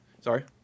sorry